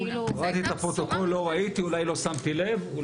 קראתי את הפרוטוקול ואולי לא ראיתי ולא שמתי לב.